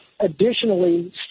Additionally